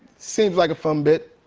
seems like a fun bit.